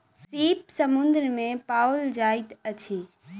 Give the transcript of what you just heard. सीप समुद्र में पाओल जाइत अछि